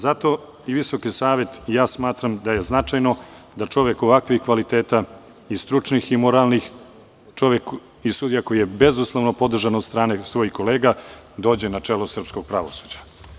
Zato i Visoki savet i ja smatram da je značajno da čovek ovakvih kvaliteta, i stručnih i moralnih, čovek i sudija koji je bezuslovno podržan od strane svojih kolega, dođe na čelo srpskog pravosuđa.